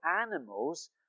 animals